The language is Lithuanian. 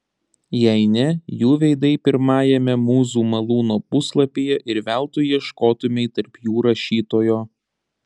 jei ne jų veidai pirmajame mūzų malūno puslapyje ir veltui ieškotumei tarp jų rašytojo